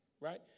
right